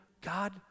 God